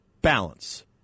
balance